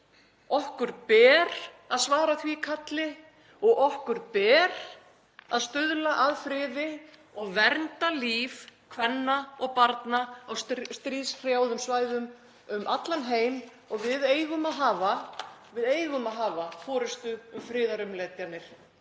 Okkur ber að svara því kalli og okkur ber að stuðla að friði og vernda líf kvenna og barna á stríðshrjáðum svæðum um allan heim. Við eigum að hafa forystu um friðarumleitanir